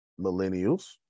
millennials